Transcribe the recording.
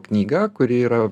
knyga kuri yra